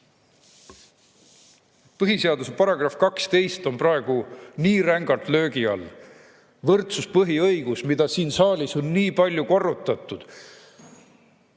Põhiseaduse § 12 on praegu nii rängalt löögi all – võrdsuspõhiõigus, mida siin saalis on nii palju korrutatud,